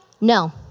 No